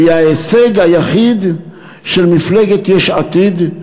והיא ההישג היחיד של מפלגת יש עתיד,